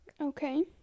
Okay